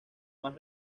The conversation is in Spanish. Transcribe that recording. más